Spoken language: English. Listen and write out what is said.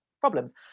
problems